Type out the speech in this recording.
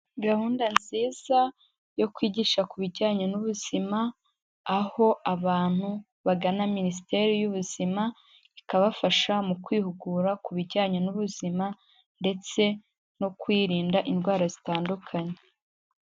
Gahunda nziza yo kwigisha ku bijyanye n'ubuzima, aho abantu bagana minisiteri y'ubuzima ikabafasha mu kwihugura ku bijyanye n'ubuzima ndetse no kwirinda indwara zitandukanye.